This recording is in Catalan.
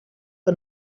que